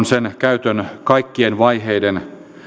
sen käytön kaikkien vaiheiden